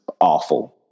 awful